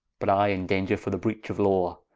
but i in danger for the breach of law.